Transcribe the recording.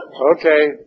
Okay